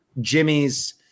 Jimmy's